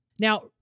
Now